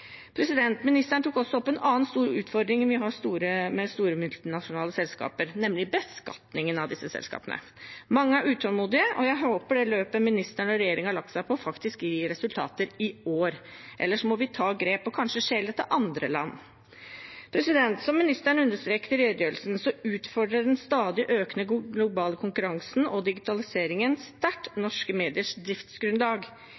Ministeren tok også opp en annen stor utfordring vi har med store multinasjonale selskaper, nemlig beskatningen av disse selskapene. Mange er utålmodige, og jeg håper det løpet ministeren og regjeringen har lagt seg på, faktisk gir resultater i år, ellers må vi ta grep og kanskje skjele til andre land. Som ministeren understreket i redegjørelsen, utfordrer den stadig økende globale konkurransen og digitaliseringen sterkt